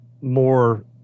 more